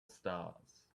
stars